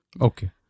Okay